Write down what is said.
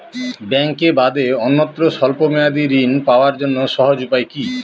ব্যাঙ্কে বাদে অন্যত্র স্বল্প মেয়াদি ঋণ পাওয়ার জন্য সহজ উপায় কি?